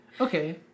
Okay